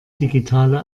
digitale